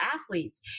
athletes